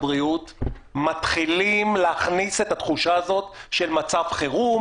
הבריאות מתחילים להכניס את התחושה הזאת של מצב חירום,